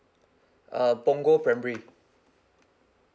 uh punggol primary